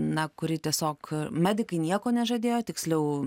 na kuri tiesiog medikai nieko nežadėjo tiksliau